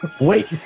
Wait